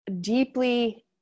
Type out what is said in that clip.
deeply